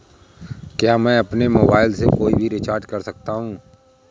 क्या मैं अपने मोबाइल से कोई भी रिचार्ज कर सकता हूँ?